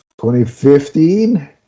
2015